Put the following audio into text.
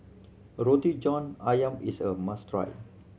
Roti John Ayam is a must try